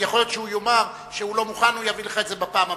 יכול להיות שהוא יאמר שהוא לא מוכן והוא יביא לך את זה בפעם הבאה.